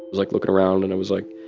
like looking around. and i was like,